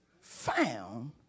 found